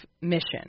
mission